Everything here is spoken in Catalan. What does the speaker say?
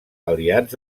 aliats